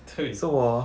对